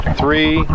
three